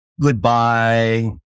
goodbye